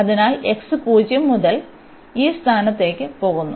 അതിനാൽ x 0 മുതൽ ഈ സ്ഥാനത്തേക്ക് പോകുന്നു